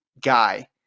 guy